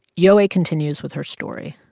yowei continues with her story